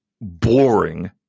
boring